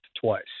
twice